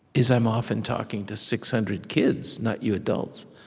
is, i'm often talking to six hundred kids, not you adults,